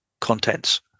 contents